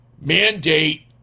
mandate